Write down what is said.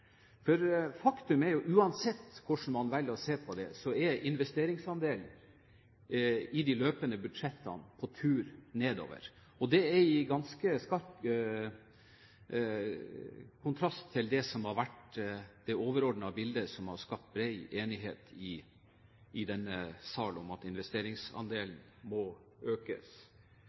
For faktum er jo at uansett hvordan man velger å se på det, er investeringsandelen i de løpende budsjettene på tur nedover. Det står i ganske skarp kontrast til det som har vært det overordnede bildet, som har skapt bred enighet i denne sal, at investeringsandelen må økes.